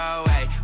away